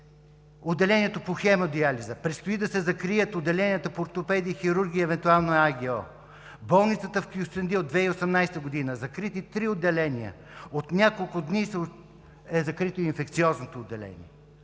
отделението по хемодиализа, предстои да се закрият отделенията по ортопедия, хирургия и евентуално АГ отделението. В болницата в Кюстендил през 2018 г. са закрити три отделения, от няколко дни е закрито и Инфекциозното отделение.